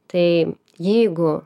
tai jeigu